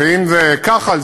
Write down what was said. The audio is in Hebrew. ואם כחל,